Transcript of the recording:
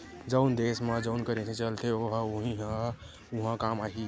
जउन देस म जउन करेंसी चलथे ओ ह उहीं ह उहाँ काम आही